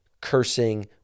cursing